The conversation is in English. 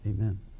Amen